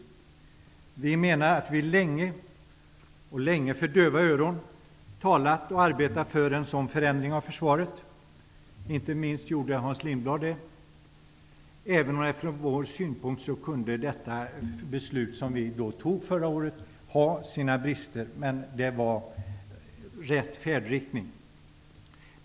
Vi menar att vi länge -- och för döva öron -- talat och arbetat för en sådan förändring av försvaret; inte minst gjorde Hans Lindblad det. Från vår synpunkt hade beslutet visserligen sina brister, men färdriktningen var rätt.